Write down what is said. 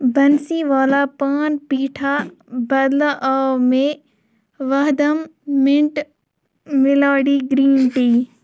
بَنسیٖوالا پان پیٖٹھا بدلہٕ آو مےٚ وہدَم مِنٛٹ مٮ۪لوڈی گرٛیٖن ٹی